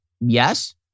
yes